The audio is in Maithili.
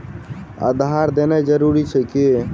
आधार देनाय जरूरी अछि की?